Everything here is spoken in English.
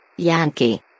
Yankee